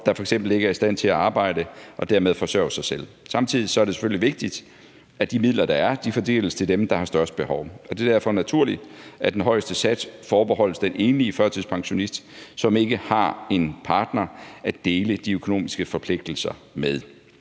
der f.eks. ikke er i stand til at arbejde og dermed forsørge sig selv. Samtidig er det selvfølgelig vigtigt, at de midler, der er, fordeles til dem, der har størst behov. Det er derfor naturligt, at den højeste sats forbeholdes den enlige førtidspensionist, som ikke har en partner at dele de økonomiske forpligtelser med.